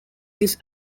this